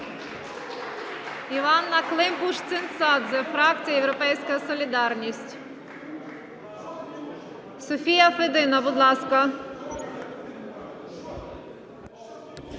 Іванна Климпуш-Цинцадзе, фракція "Європейська солідарність". Софія Федина, будь ласка.